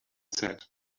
said